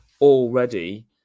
already